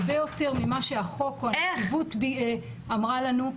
הרבה יותר ממה שהחוק או הנציבות אמרה לנו.